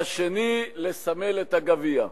השני, לסמל את הגביע.